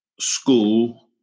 School